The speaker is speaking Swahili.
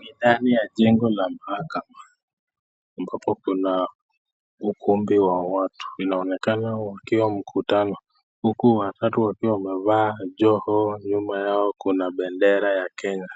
Ni ndani ya jengo la mahakama ambapo kuna ukumbi wa watu, inaonekana wakiwa mkutano, huku watatu wakiwa wamevaa joho, nyuma yao kuna bendera ya Kenya,